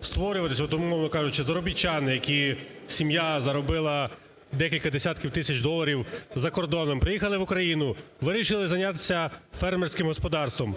створюватись, от, умовно кажучи, заробітчани, які, сім'я заробила декілька десятків тисяч доларів за кордоном, приїхали в Україну, вирішили зайнятися фермерським господарством,